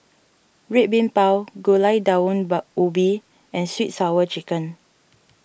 Red Bean Bao Gulai Daun Ubi and Sweet Sour Chicken